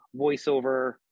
voiceover